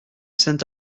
saint